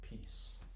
peace